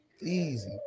easy